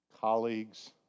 colleagues